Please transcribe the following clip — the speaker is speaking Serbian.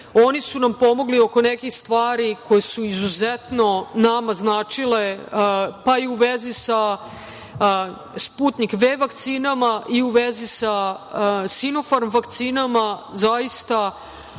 Oni su nam pomogli oko nekih stvari koje su izuzetno nama značile, pa i u vezi sa „Sputnjik V“ vakcinama i u vezi sa „Sinofarm“ vakcinama. Zaista